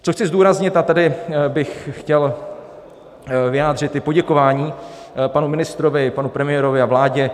Co chci zdůraznit a tady bych chtěl vyjádřit i poděkování panu ministrovi, panu premiérovi a vládě.